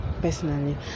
personally